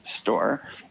store